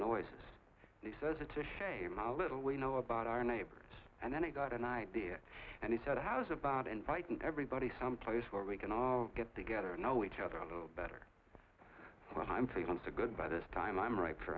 noise he says it's a shame how little we know about our neighbors and then i got an idea and he said how's about inviting everybody someplace where we can all get together and know each other a little better when i'm feeling so good by this time i'm right for